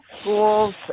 schools